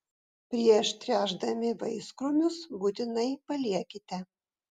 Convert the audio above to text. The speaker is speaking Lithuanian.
prieš tręšdami vaiskrūmius būtinai paliekite